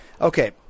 Okay